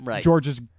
George's